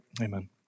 Amen